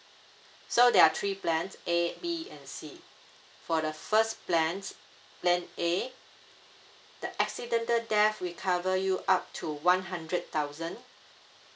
so there are three plans A B and C for the first plans plan A the accidental death we cover you up to one hundred thousand